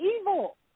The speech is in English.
evil